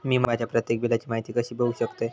मी माझ्या प्रत्येक बिलची माहिती कशी बघू शकतय?